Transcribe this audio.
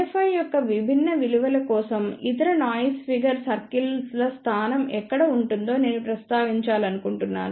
NF i యొక్క విభిన్న విలువల కోసం ఇతర నాయిస్ ఫిగర్ సర్కిల్ల స్థానం ఎక్కడ ఉంటుందో నేను ప్రస్తావించాలనుకుంటున్నాను